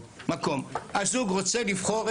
הזוג רוצה ללכת